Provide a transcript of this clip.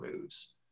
moves